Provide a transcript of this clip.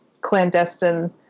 clandestine